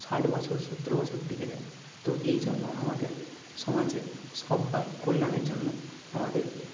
ষাট বছর সত্তর বছর টিকে যায় তো এই জন্য আমাদের সমাজে সব্বার কল্যাণের জন্য আমাদের